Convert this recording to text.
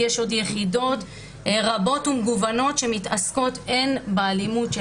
יש עוד יחידות רבות ומגוונות שמתעסקות הן באלימות של